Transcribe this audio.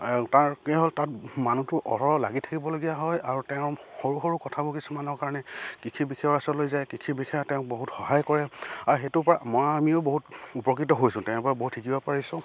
তাৰ কি হ'ল তাত মানুহটো অহৰহ লাগি থাকিবলগীয়া হয় আৰু তেওঁৰ সৰু সৰু কথাবোৰ কিছুমানৰ কাৰণে কৃষি বিষয়াৰ ওচৰলৈ যায় কৃষি বিষয়াই তেওঁক বহুত সহায় কৰে আৰু সেইটোৰ পৰা মই আমিও বহুত উপকৃত হৈছোঁ তেওঁৰ পৰা বহুত শিকিব পাৰিছোঁ